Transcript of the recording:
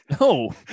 No